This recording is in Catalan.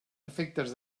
efectes